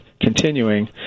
continuing